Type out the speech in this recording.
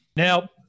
Now